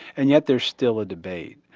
and yet there's still a debate.